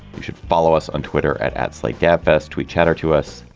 you should follow us on twitter at at slate gabfest. we chat to us.